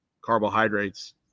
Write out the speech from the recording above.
carbohydrates